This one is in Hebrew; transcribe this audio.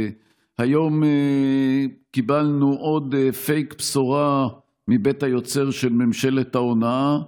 היום קיבלנו עוד פייק בשורה מבית היוצר של ממשלת ההונאה,